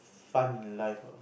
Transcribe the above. fun in life ah